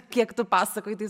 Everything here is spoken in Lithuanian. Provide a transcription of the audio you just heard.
kiek tu pasakoji tai